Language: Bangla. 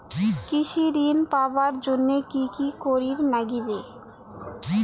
কৃষি ঋণ পাবার জন্যে কি কি করির নাগিবে?